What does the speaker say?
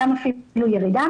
גם אפילו ירידה.